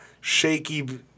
shaky